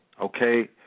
okay